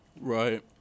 Right